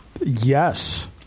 yes